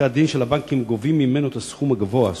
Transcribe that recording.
עורכי-הדין של הבנקים גובים ממנו את הסכום הגבוה.